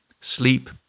Sleep